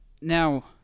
Now